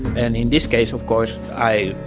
and in this case, of course, i